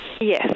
Yes